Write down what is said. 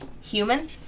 human